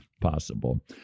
Possible